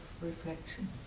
reflection